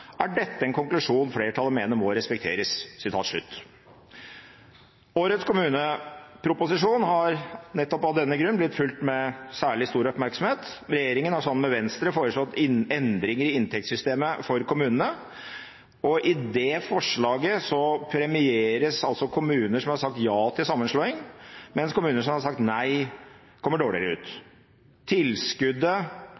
er dette en konklusjon flertallet mener må respekteres.» Årets kommuneproposisjon har nettopp av denne grunn blitt fulgt med særlig stor oppmerksomhet. Regjeringen har, sammen med Venstre, foreslått endringer i inntektssystemet for kommunene, og i det forslaget premieres kommuner som har sagt ja til sammenslåing, mens kommuner som har sagt nei, kommer dårligere ut.